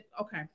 okay